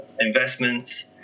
investments